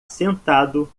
sentado